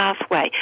pathway